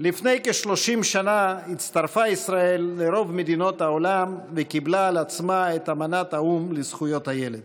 הצעות לסדר-היום בנושא: ציון היום הבין-לאומי לזכויות הילד,